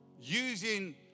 using